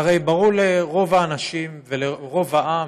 והרי ברור לרוב האנשים ולרוב העם